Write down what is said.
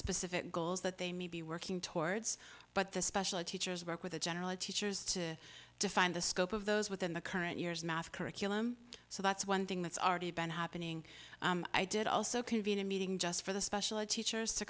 specific goals that they may be working towards but the special teachers work with the general teachers to define the scope of those within the current year's math curriculum so that's one thing that's already been happening i did also convene a meeting just for the special ed teachers to